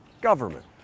government